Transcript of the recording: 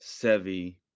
Sevi